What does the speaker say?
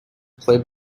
play